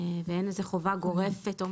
אין איזו שהיא חובה גורפת --?